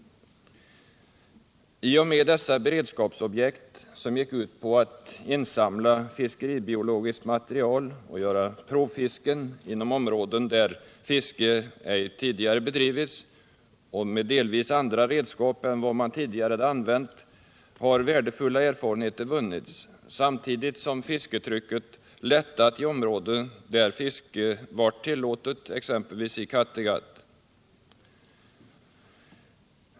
I och med detta beredskapsobjekt, som gick ut på att insamla fiskeribiologiskt material och utföra provfiske inom områden där fiske ej förut bedrivits, med delvis andra redskap än vad som tidigare använts, har värdefulla erfarenheter vunnits, samtidigt som fisketrycket lättat i områden där fiske varit tillåtet, t.ex. i Kattegatt.